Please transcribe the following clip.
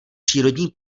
přírodní